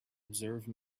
observe